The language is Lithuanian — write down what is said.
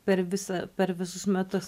per visą per visus metus